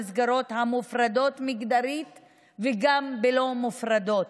במסגרות המופרדות מגדרית וגם בלא מופרדות.